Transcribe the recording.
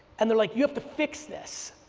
and they're like you have to fix this.